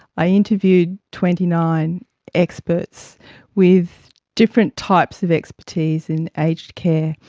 i interviewed twenty nine experts with different types of expertise in aged care.